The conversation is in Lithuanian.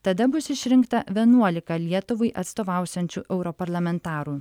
tada bus išrinkta vienuolika lietuvai atstovausiančių europarlamentarų